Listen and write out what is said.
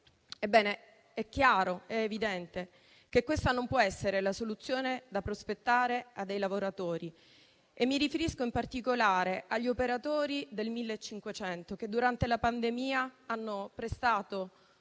Ebbene, è chiaro ed evidente che questa non può essere la soluzione da prospettare a dei lavoratori. Mi riferisco in particolare agli operatori del servizio 1500, che durante la pandemia hanno prestato un